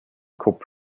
kopf